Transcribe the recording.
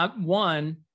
One